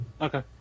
Okay